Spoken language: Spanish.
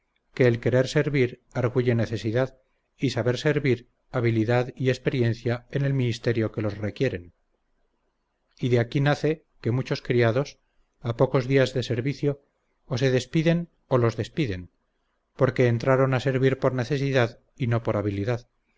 que el querer servir arguye necesidad y saber servir habilidad y experiencia en el ministerio que los quieren y de aquí nace que muchos criados a pocos días de servicio o se despiden o los despiden porque entraron a servir por necesidad y no por habilidad